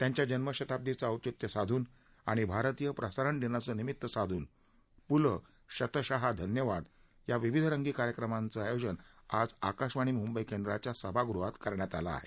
त्यांच्या जन्मशताब्दीचं औचित्य साधून आणि भारतीय प्रसारण दिनाचं निमित्त साधून पुलं शतशः धन्यवाद या विविधरंगी कार्यक्रमाचं आयोजन आज आकाशवाणी मुंबई केंद्राच्या सभागृहात करण्यात आलं आहे